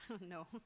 no